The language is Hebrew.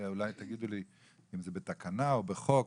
אולי תגידו לי אם זה בתקנה או בחוק.